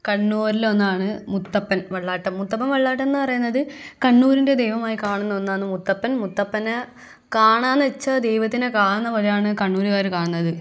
കണ്ണൂരിലൊന്നാണ് മുത്തപ്പൻ വെള്ളാട്ടം മുത്തപ്പൻ വെള്ളാട്ടമെന്ന് പറയുന്നത് കണ്ണൂരിന്റെ ദൈവമായി കാണുന്ന ഒന്നാണ് മുത്തപ്പൻ മുത്തപ്പനെ കാണുകയെന്ന് വെച്ചാൽ ദൈവത്തിനെ കാണുന്ന പോലെയാണ് കണ്ണൂരുകാർ കാണുന്നത്